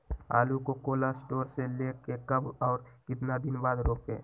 आलु को cold store से ले के कब और कितना दिन बाद रोपे?